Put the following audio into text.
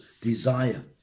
desire